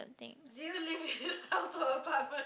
thing